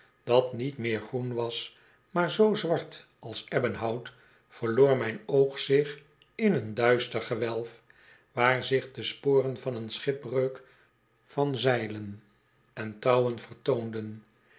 dat niet meer groen was maar zoo zwart als ebbenhout verloor mijn oog zich in een duister gewelf waar zich de sporen van een schip breuk van zeilen en touwen